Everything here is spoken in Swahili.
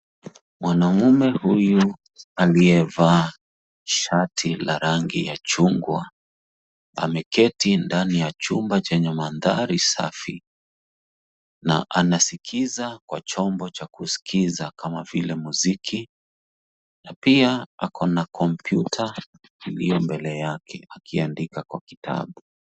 Mwanaume huyu aliyevaa shati la rangi ya chungwa ameketi ndani ya chumba Chenye mandhari Safi na anasikiza kwa chombo cha kuskiza kama vile muziki na pia ako na kompyuta iliyo mbele yake akiandika kwa kitabu.